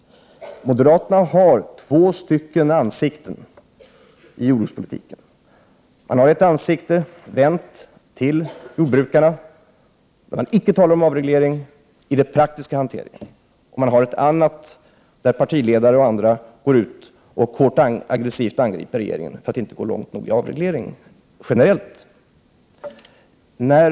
Moderaterna har två ansikten när det gäller jordbrukspolitiken. Man vänder ett ansikte till jordbrukarna, då man icke talar om avreglering i den praktiska hanteringen. Man har ett annat ansikte, då partiledare och övriga moderater går ut och aggressivt angriper regeringen generellt för att den inte går tillräckligt långt vid avregleringen.